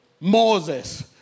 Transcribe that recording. Moses